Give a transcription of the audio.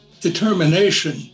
determination